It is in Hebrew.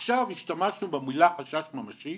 עכשיו השתמשו במלה חשש ממי,